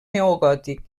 neogòtic